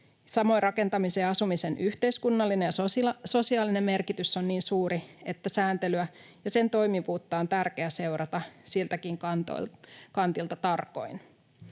Samoin rakentamisen ja asumisen yhteiskunnallinen ja sosiaalinen merkitys on niin suuri, että sääntelyä ja sen toimivuutta on tärkeä seurata siltäkin kantilta tarkoin.